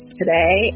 today